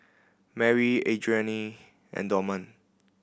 Marry Adrianne and Dorman